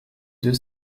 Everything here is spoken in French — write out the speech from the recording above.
deux